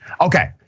Okay